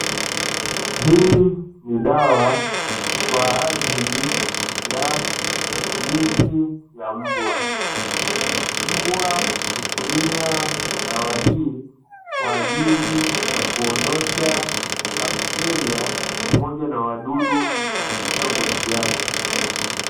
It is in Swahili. Hii ni dawa kwa ajili ya matumizi ya mbwa, mbwa hutumia dawa hii kwa ajili ya kuondosha bakteria pamoja na wadudu katika ngozi yake.